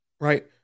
right